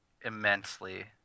immensely